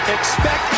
Expect